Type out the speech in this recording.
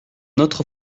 autre